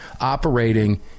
operating